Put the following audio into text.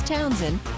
Townsend